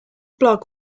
blog